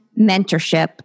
mentorship